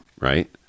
right